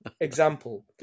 Example